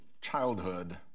childhood